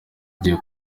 agiye